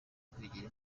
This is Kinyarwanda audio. kwegera